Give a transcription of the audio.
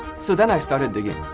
so then i started digging.